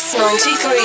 93